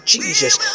Jesus